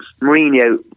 Mourinho